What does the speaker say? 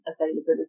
availability